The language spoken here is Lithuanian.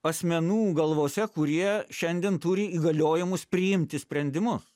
asmenų galvose kurie šiandien turi įgaliojimus priimti sprendimus